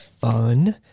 fun